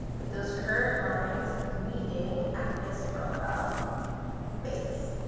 with those curved lines meeting at this profile face.